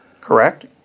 correct